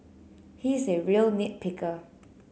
he is a real nit picker